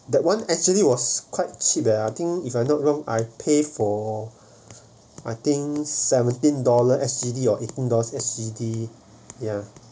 that one actually was quite cheap leh I think if I'm not wrong I pay for I think seventeen dollar S_G_D or eighteen dollars S_G_D ya